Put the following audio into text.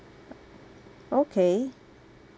okay